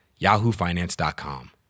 yahoofinance.com